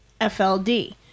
FLD